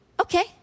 Okay